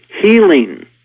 healing